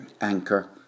Anchor